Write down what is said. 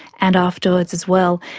and afterwards as well,